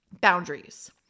boundaries